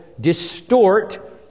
distort